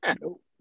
Nope